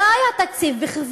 החוק